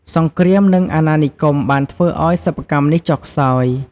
សង្គ្រាម និងអាណានិគមបានធ្វើឱ្យសិប្បកម្មនេះចុះខ្សោយ។